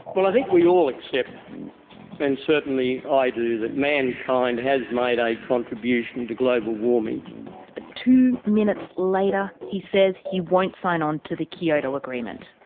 well i think we all accept and certainly i do that mankind has made a contribution to global warming. but two minutes later. he says he won't sign on to the kyoto agreement.